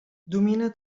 domina